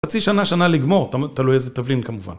חצי שנה-שנה לגמור, תלוי איזה תבלין כמובן